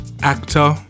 actor